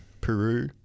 Peru